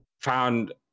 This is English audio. found